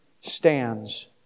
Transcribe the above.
stands